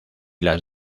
las